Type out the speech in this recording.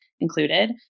included